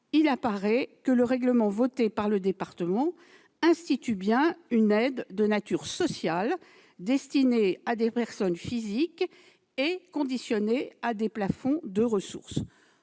il apparaît que le règlement adopté par le département institue bien une aide de nature sociale destinée à des personnes physiques et conditionnée à des plafonds de ressources.